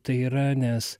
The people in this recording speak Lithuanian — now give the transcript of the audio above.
tai yra nes